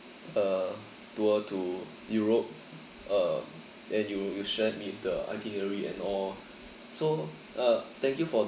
uh tour to europe uh then you you shared me with the itinerary and all so uh thank you for